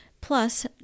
plus